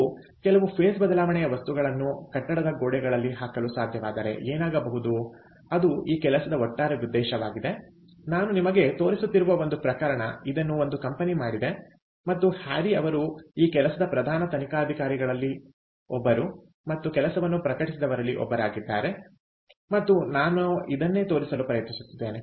ನಾವು ಕೆಲವು ಫೇಸ್ ಬದಲಾವಣೆಯ ವಸ್ತುಗಳನ್ನು ಕಟ್ಟಡದ ಗೋಡೆಗಳಲ್ಲಿ ಹಾಕಲು ಸಾಧ್ಯವಾದರೆ ಏನಾಗಬಹುದು ಅದು ಈ ಕೆಲಸದ ಒಟ್ಟಾರೆ ಉದ್ದೇಶವಾಗಿದೆ ನಾನು ನಿಮಗೆ ತೋರಿಸುತ್ತಿರುವ ಒಂದು ಪ್ರಕರಣ ಇದನ್ನು ಒಂದು ಕಂಪನಿಯು ಮಾಡಿದೆ ಮತ್ತು ಹ್ಯಾರಿ ಅವರು ಈ ಕೆಲಸದ ಪ್ರಧಾನ ತನಿಖಾಧಿಕಾರಿಗಳಲ್ಲಿ ಮತ್ತು ಕೆಲಸವನ್ನು ಪ್ರಕಟಿಸಿದವರಲ್ಲಿ ಒಬ್ಬರಾಗಿದ್ದಾರೆ ಮತ್ತು ನಾನು ಇದನ್ನೇ ತೋರಿಸಲು ಪ್ರಯತ್ನಿಸುತ್ತಿದ್ದೇನೆ